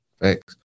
Thanks